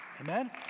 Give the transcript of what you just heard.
Amen